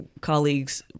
colleagues